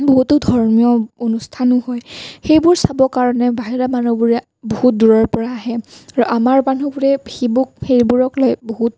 বহুতো ধৰ্মীয় অনুষ্ঠানো হয় সেইবোৰ চাবৰ কাৰণে বাহিৰা মানুহবোৰ বহুত দূৰৰ পৰা আহে আৰু আমাৰ মানুহবোৰে সেইবোৰ সেইবোৰক লৈ বহুত